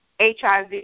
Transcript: HIV